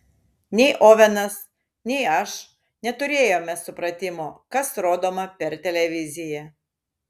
nei ovenas nei aš neturėjome supratimo kas rodoma per televiziją